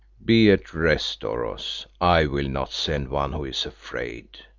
be at rest, oros, i will not send one who is afraid.